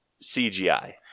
CGI